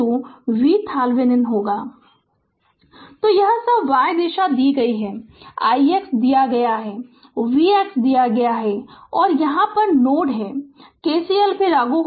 Refer Slide Time 2354 तो यह सब y दिशा दी गई है ix दिया गया है Vx दिया गया है और यह यहां नोड है KCL भी लागू होगा